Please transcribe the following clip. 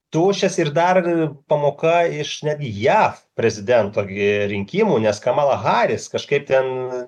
tuščias ir dar pamoka iš netgi jav prezidento rinkimų nes kamala haris kažkaip ten